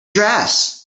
dress